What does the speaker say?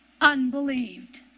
unbelieved